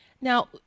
Now